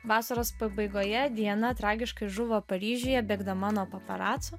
vasaros pabaigoje diana tragiškai žuvo paryžiuje bėgdama nuo paparacių